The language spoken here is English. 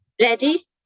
ready